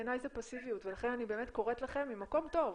בעיני זה פסיביות ולכן אני קוראת לכם ממקום טוב,